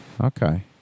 Okay